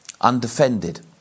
undefended